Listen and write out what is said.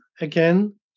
again